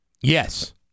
Yes